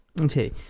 okay